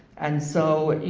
and so,